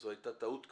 זו הייתה טעות קשה,